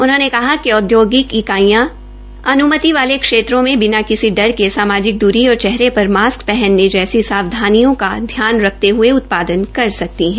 उन्होंने कहा कि औद्योगिक इकाइयां इजाज़त वाले क्षेत्रों में बिना किसी डर के सामाजिक दूरी और चेहरे पर मास्क पहनने जैसी सावधानियों का ध्यान रखते हये उत्पादन कर सकते है